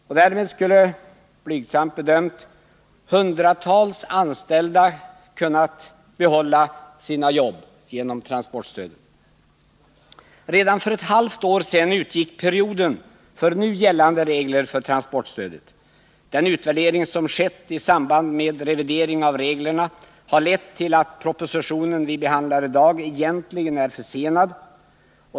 På grund av transportstödet har, blygsamt bedömt, hundratals anställda kunnat behålla sina jobb. Redan för ett halvt år sedan utgick perioden för nu gällande regler för transportstödet. Den utvärdering som har skett i samband med revidering av reglerna har lett till att den proposition som vi behandlar i dag egentligen är försenad.